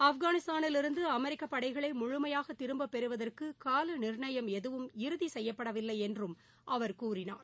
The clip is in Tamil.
ஆப்கானிஸ்தானிலிருந்து அமெரிக்க படைகளை முழுமையாக திரும்பப் பெறுவதற்கு கால நிர்ணயம் எதுவும் இறுதி செய்யப்படவில்லை என்று அவர் கூறினார்